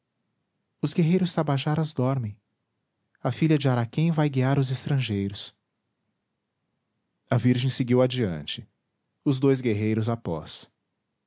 os guerreiros tabajaras dormem a filha de araquém vai guiar os estrangeiros a virgem seguiu adiante os dois guerreiros após